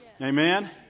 Amen